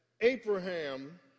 Abraham